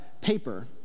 paper